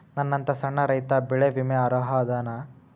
ನನ್ನಂತ ಸಣ್ಣ ರೈತಾ ಬೆಳಿ ವಿಮೆಗೆ ಅರ್ಹ ಅದನಾ?